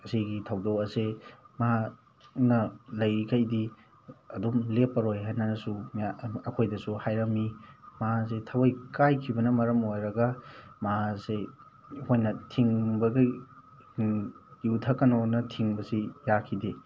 ꯑꯁꯤꯒꯤ ꯊꯧꯗꯣꯛ ꯑꯁꯦ ꯃꯍꯥꯛꯅ ꯂꯩꯔꯤꯈꯩꯗꯤ ꯑꯗꯨꯝ ꯂꯦꯞꯄꯔꯣꯏ ꯍꯥꯏꯅꯅꯁꯨ ꯑꯩꯈꯣꯏꯗꯁꯨ ꯍꯥꯏꯔꯝꯃꯤ ꯃꯍꯥꯛ ꯑꯁꯤ ꯊꯝꯃꯣꯏ ꯀꯥꯏꯈꯤꯕꯅ ꯃꯔꯝ ꯑꯣꯏꯔꯒ ꯃꯍꯥꯛ ꯑꯁꯤ ꯑꯩꯈꯣꯏꯅ ꯊꯤꯡꯕꯒꯤ ꯌꯨ ꯊꯛꯀꯅꯣꯅ ꯊꯤꯡꯕꯁꯤ ꯌꯥꯈꯤꯗꯦ